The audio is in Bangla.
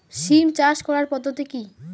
সিম চাষ করার পদ্ধতি কী?